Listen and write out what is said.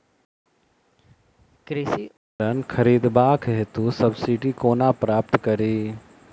कृषि उपकरण खरीदबाक हेतु सब्सिडी कोना प्राप्त कड़ी?